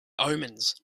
omens